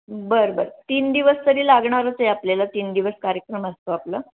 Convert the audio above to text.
बरं बरं तीन दिवस तरी लागणारच आहे आपल्याला तीन दिवस कार्यक्रम असतो आपलं